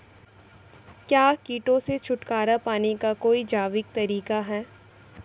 क्या कीटों से छुटकारा पाने का कोई जैविक तरीका है?